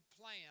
plan